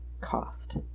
cost